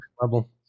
level